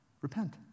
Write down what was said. Repent